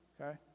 Okay